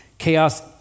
chaos